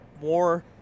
more